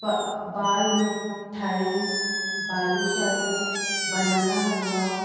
पा बाल मिठाई बालूशाय बनाना हलवा